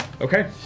Okay